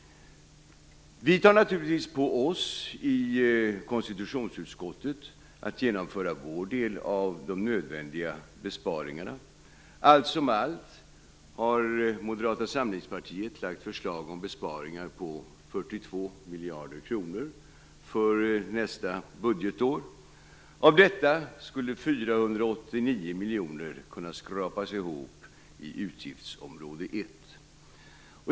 Vi tar naturligtvis på oss i konstitutionsutskottet att genomföra vår del av de nödvändiga besparingarna. Allt som allt har Moderata samlingspartiet lagt fram förslag om besparingar på 42 miljarder kronor för nästa budgetår. Av detta skulle 489 miljoner kunna skrapas ihop i utgiftsområde 1.